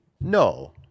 no